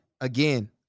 again